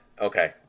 Okay